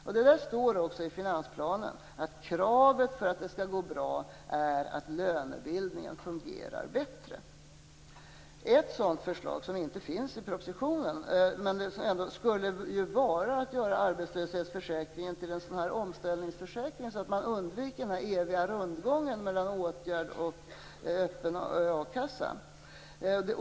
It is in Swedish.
I finansplanen står också att kravet för att det skall gå bra är att lönebildningen fungerar bättre. Ett sådant förslag, som inte finns i propositionen, är att göra arbetslöshetsförsäkringen till en omställningsförsäkring så att man undviker den eviga rundgången mellan åtgärder och öppen a-kassa.